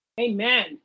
Amen